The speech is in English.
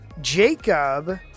Jacob